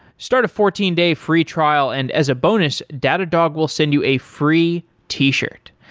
start a fourteen day free trial, and as a bonus, datadog will send you a free t-shirt.